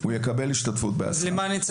הוא יקבל השתתפות בהסעה.